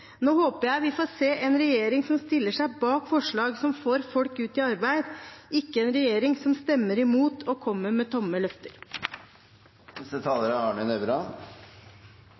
Nå håper jeg vi får se en regjering som stiller seg bak forslag som får folk ut i arbeid – ikke en regjering som stemmer imot og kommer med tomme